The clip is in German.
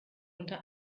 unter